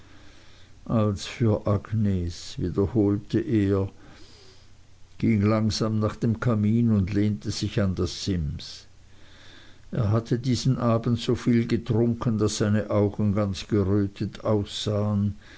als für agnes wiederholte er ging langsam nach dem kamin und lehnte sich an das sims als für agnes er hatte diesen abend so viel getrunken daß seine augen ganz gerötet aussahen